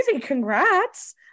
congrats